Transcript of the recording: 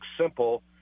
simple